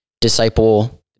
disciple